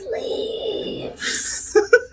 leaves